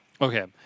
Okay